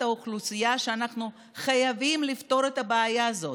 אוכלוסייה שאנחנו חייבים לפתור אצלה את הבעיה הזאת.